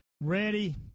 ready